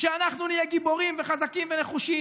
כשאנחנו נהיה גיבורים וחזקים ונחושים